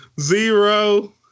zero